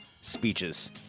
speeches